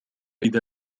إذا